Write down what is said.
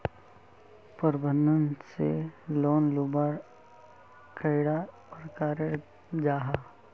प्रबंधन से लोन लुबार कैडा प्रकारेर जाहा?